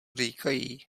říkají